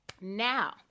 now